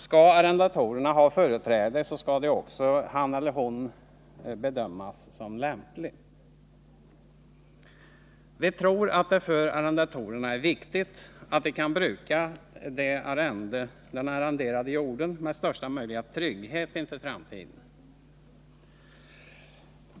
Skall arrendatorn ha företräde så skall han eller hon också ha bedömts som lämplig. Vi tror att det för arrendatorerna är viktigt att de kan bruka den arrenderade jorden med största möjliga trygghet inför framtiden.